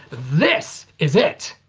this is it!